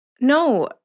No